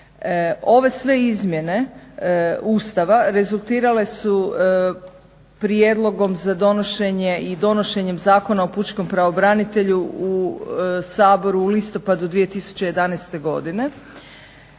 Ove sve izmjene Ustava rezultirale su prijedlogom za donošenje i donošenjem Zakona o pučkom pravobranitelju u Saboru u listopadu 2011. godine.